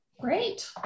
great